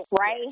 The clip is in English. right